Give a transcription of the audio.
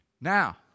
Now